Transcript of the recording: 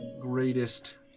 greatest